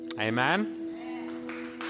Amen